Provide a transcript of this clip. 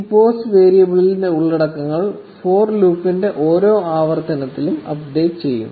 ഈ പോസ്റ്റ് വേരിയബിളിന്റെ ഉള്ളടക്കങ്ങൾ ഫോർ ലൂപ്പിന്റെ ഓരോ ആവർത്തനത്തിലും അപ്ഡേറ്റ് ചെയ്യും